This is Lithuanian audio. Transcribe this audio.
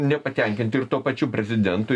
nepatenkinti ir tuo pačiu prezidentu